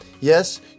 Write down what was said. yes